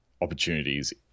Opportunities